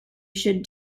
should